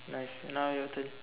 nice now your turn